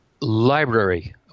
library